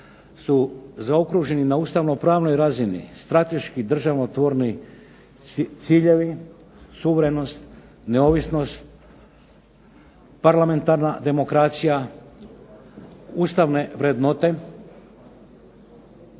su zaokruženi na ustavnopravnoj razini strateški državotvorni ciljevi, suverenost, neovisnost, parlamentarna demokracija, ustavne vrednote,